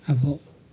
अब